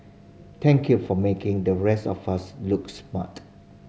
thank you for making the rest of look smart